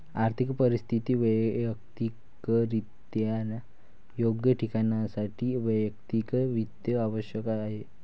आर्थिक परिस्थिती वैयक्तिकरित्या योग्य ठेवण्यासाठी वैयक्तिक वित्त आवश्यक आहे